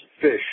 fish